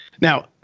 Now